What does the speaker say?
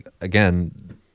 Again